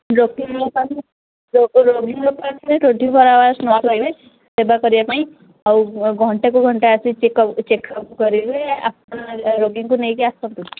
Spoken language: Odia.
ରୋଗୀ ଲୋକ ରୋଗୀ ଲୋକ ଆସ ରୋଗୀ ଭରା ଆୱସ ନ ପାଇବେ ସେବା କରିବା ପାଇଁ ଆଉ ଘଣ୍ଟାକୁ ଘଣ୍ଟା ଆସି ଚେକଅପ୍ ଚେକଅପ୍ କରିବେ ଆପଣ ରୋଗୀଙ୍କୁ ନେଇକି ଆସନ୍ତୁ